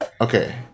Okay